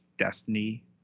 destiny